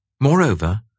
Moreover